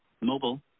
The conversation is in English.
mobile